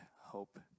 hope